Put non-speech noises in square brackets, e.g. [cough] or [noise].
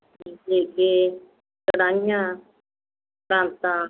[unintelligible] ਕੜਾਹੀਆਂ ਪਰਾਤਾਂ